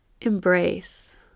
embrace